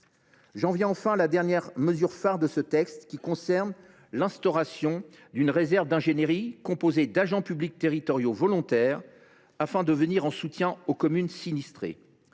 J’en viens enfin à la dernière mesure phare de ce texte, qui concerne l’instauration d’une réserve d’ingénierie composée d’agents publics territoriaux volontaires afin de soutenir les communes sinistrées.